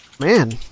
man